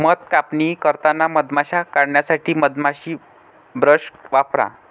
मध कापणी करताना मधमाश्या काढण्यासाठी मधमाशी ब्रश वापरा